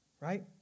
right